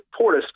Portis